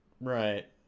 Right